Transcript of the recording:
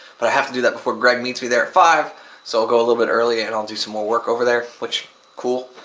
but i have to do that before greg meets me there at five so i'll go a little bit early and i'll do some more work over there which cool.